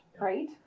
right